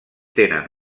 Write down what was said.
tenen